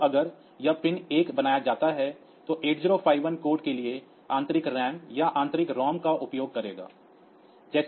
तो अगर यह पिन 1 बनाया जाता है तो 8051 कोड के लिए आंतरिक रैम या आंतरिक रोम का उपयोग करेगा